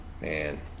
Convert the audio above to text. Man